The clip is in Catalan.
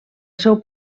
seu